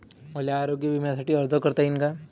मले आरोग्य बिम्यासाठी अर्ज करता येईन का?